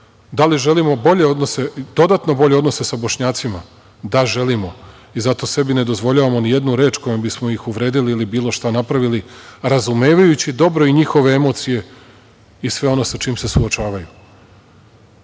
Da li želimo dodatno bolje odnose sa Bošnjacima? Da, želimo, i zato sebi ne dozvoljavamo ni jednu reč kojom bismo ih uvredili ili bilo šta napravili, razumevajući dobro i njihove emocije i sve ono sa čim se suočavaju,